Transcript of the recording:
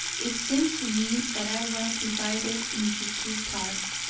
it seemed to me that i was divided into two parts.